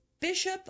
Bishop